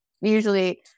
usually